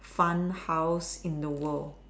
fun house in the world